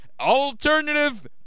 ALTERNATIVE